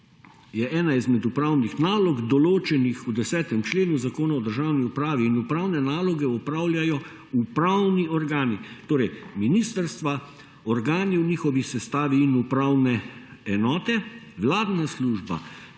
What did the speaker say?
je ena izmed upravnih nalog določenih v 10. členu Zakon o državni upravi in upravne naloge opravljajo upravni organi torej ministrstva, organi v njihovi sestavi in upravne enote. Vladna služba